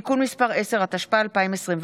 (תיקון מס' 10), התשפ"א 2021,